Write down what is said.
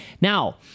Now